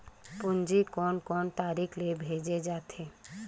पूंजी कोन कोन तरीका ले भेजे जाथे?